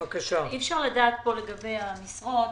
אי אפשר לדעת לגבי המשרות